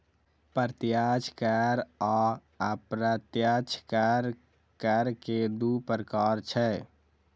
प्रत्यक्ष कर आ अप्रत्यक्ष कर, कर के दू प्रकार छै